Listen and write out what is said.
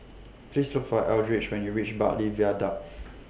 Please Look For Eldridge when YOU REACH Bartley Viaduct